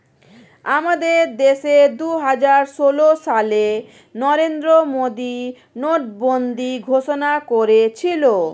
আমাদের দেশে দুহাজার ষোল সালে নরেন্দ্র মোদী নোটবন্দি ঘোষণা করেছিল